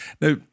Now